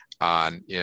on